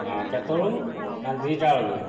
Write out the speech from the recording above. ହଁ କେତେବେଳକୁ ନା ଦି ଟା ବେଳକୁ